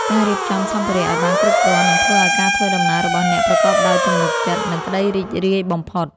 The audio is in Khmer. ការរៀបចំសម្ភារៈឱ្យបានគ្រប់គ្រាន់ នឹងធ្វើឱ្យការធ្វើដំណើររបស់អ្នកប្រកបដោយទំនុកចិត្ត និងក្ដីរីករាយបំផុត។